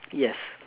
yes